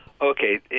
Okay